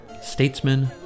statesman